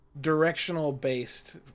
directional-based